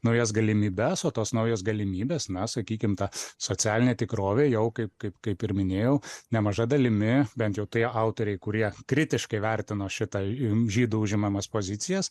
naujas galimybes o tos naujos galimybės na sakykim ta socialinė tikrovė jau kaip kaip kaip ir minėjau nemaža dalimi bent jau tie autoriai kurie kritiškai vertino šitą žydų užimamas pozicijas